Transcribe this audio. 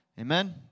Amen